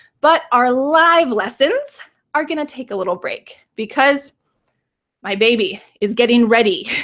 but our live lessons are going to take a little break because my baby is getting ready.